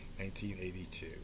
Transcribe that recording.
1982